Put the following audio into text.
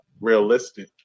realistic